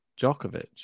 Djokovic